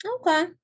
Okay